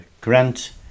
Grant